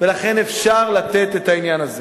ולכן אפשר לתת את העניין הזה.